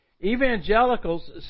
evangelicals